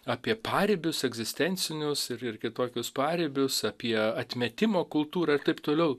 apie paribius egzistencinius ir ir kitokius paribius apie atmetimo kultūrą ir taip toliau